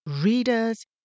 readers